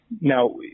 Now